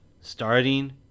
starting